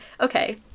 okay